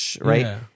right